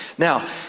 Now